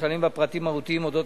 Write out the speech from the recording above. שנכללים בה פרטים מהותיים על התשקיף.